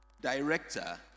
Director